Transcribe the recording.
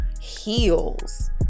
heels